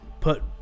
put